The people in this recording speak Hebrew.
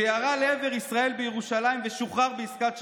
שירה לעבר ישראל בירושלים ושוחרר בעסקת שליט.